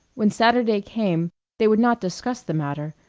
when saturday came they would not discuss the matter,